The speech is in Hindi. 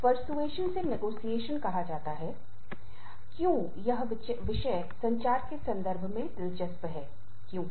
और इस विषय में हम काम कार्य संतुलन के बारे में चर्चा करेंगे